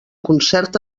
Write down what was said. concert